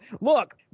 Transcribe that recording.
look